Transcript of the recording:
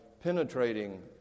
penetrating